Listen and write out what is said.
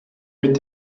mit